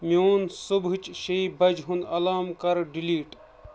میون صُبحٕچ شیٚیہِ بجہِ ہُنٛد الارام کَر ڈِلیٖٹ